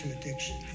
addiction